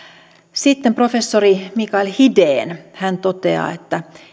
sitten professori mikael hiden toteaa